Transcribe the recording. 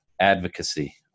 Advocacy